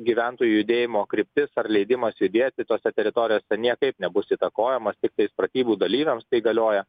gyventojų judėjimo kryptis ar leidimas judėti tose teritorijose niekaip nebus įtakojamas tiktais pratybų dalyviams tai galioja